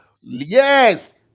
Yes